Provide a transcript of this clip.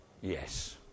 yes